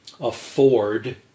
afford